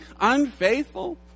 unfaithful